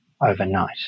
overnight